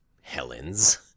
helens